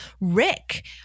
Rick